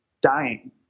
dying